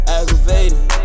Aggravated